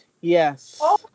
Yes